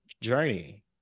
journey